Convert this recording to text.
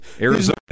Arizona